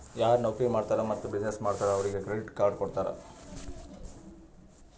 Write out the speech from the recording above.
ಯಾರು ನೌಕರಿ ಮಾಡ್ತಾರ್ ಮತ್ತ ಬಿಸಿನ್ನೆಸ್ ಮಾಡ್ತಾರ್ ಅವ್ರಿಗ ಕ್ರೆಡಿಟ್ ಕಾರ್ಡ್ ಕೊಡ್ತಾರ್